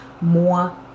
more